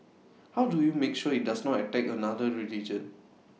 how do you make sure IT does not attack another religion